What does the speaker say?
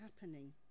happening